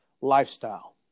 lifestyle